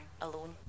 alone